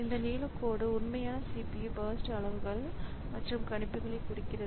இந்த நீலக்கோடு உண்மையான CPU பர்ஸ்ட் அளவுகள் மற்றும் கணிப்புகளை குறிக்கிறது